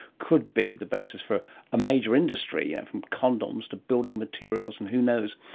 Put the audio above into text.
could be the basis for a major industry, yeah from condoms to building materials and who knows.